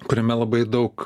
kuriame labai daug